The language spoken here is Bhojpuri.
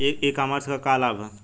ई कॉमर्स क का लाभ ह?